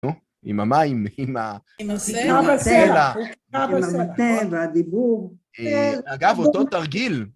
עם המים, עם הסלע, עם המטה והדיבור. אגב, אותו תרגיל.